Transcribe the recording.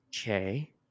Okay